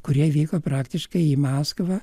kurie vyko praktiškai į maskvą